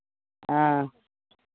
हँ